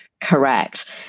correct